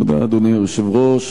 היושב-ראש.